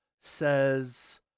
says